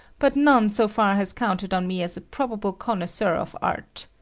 but none so far has counted on me as a probable connoisseur of art.